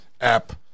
app